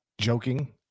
joking